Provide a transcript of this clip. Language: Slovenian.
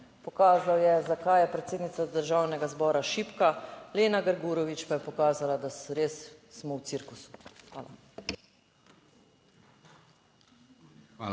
Pokazal je, zakaj je predsednica Državnega zbora šibka, Lena Grgurevič pa je pokazala, da res smo v cirkusu. Hvala.